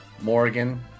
Morgan